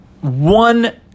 one